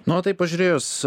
nu va tai pažiūrėjus